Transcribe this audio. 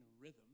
rhythm